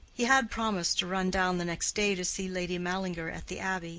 he had promised to run down the next day to see lady mallinger at the abbey,